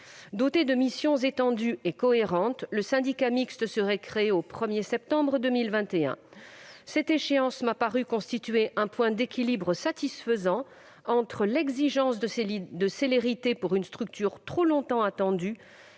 Doté de missions étendues et cohérentes, ce syndicat mixte verrait le jour le 1 septembre 2021. Cette échéance m'a paru constituer un point d'équilibre satisfaisant entre l'exigence de célérité pour une structure trop longtemps attendue